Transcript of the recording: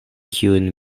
kiujn